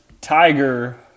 Tiger